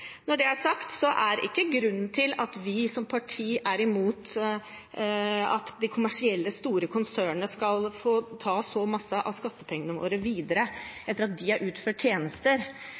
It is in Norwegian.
Når det er sagt, er ikke grunnen til at vi som parti er imot at de kommersielle, store konsernene skal få ta så masse av skattepengene våre videre etter at de har utført tjenester,